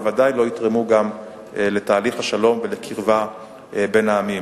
בוודאי לא יתרמו גם לתהליך השלום ולקרבה בין העמים.